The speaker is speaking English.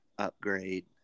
upgrade